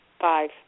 Five